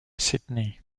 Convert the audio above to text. sydney